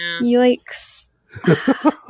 Yikes